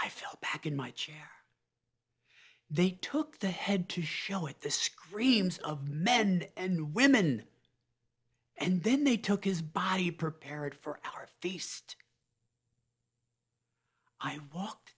i fell back in my chair they took the head to show it the screams of men and women and then they took his body prepared for our faced i walked